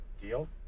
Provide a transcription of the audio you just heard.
deal